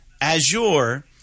Azure –